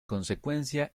consecuencia